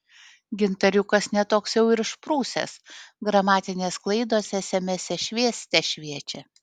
gintariukas ne toks jau ir išprusęs gramatinės klaidos esemese švieste šviečia